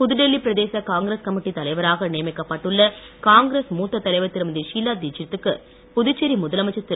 புதுடெல்லி பிரதேச Congress committee தலைவராக நியமிக்கப்பட்டுள்ள காங்கிரஸ் மூத்த தலைவர் திருமதி ஷீலா தீட்ஷித் துக்கு புதுச்சேரி முதலமைச்சர் திரு